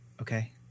Okay